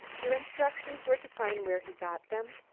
your instructions were to find where he got them.